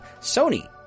Sony